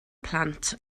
plant